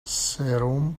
serum